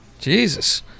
Jesus